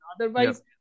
Otherwise